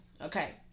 okay